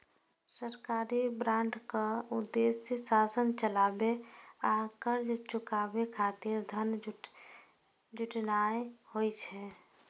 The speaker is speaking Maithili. सरकारी बांडक उद्देश्य शासन चलाबै आ कर्ज चुकाबै खातिर धन जुटेनाय होइ छै